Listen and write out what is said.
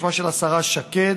בשמה של השרה שקד.